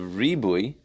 ribui